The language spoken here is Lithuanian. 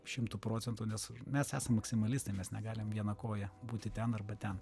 šimtu procentų nes mes esam maksimalistai mes negalim viena koja būti ten arba ten